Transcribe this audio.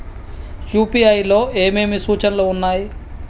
UPI లో ఏమేమి సూచనలు ఉన్నాయి?